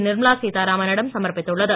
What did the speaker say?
நிர்மலா சீத்தாராமனிடம் சமர்ப்பித்துள்ளது